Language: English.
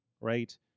Right